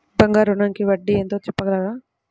బంగారు ఋణంకి వడ్డీ ఎంతో చెప్పగలరా?